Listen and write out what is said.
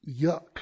yuck